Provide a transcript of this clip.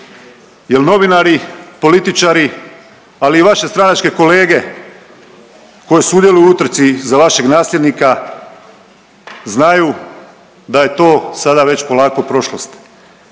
jer novinari, političari, ali i vaše stranačke kolege koje sudjeluju u utrci za vašeg nasljednika znaju da je to sada već polako prošlost.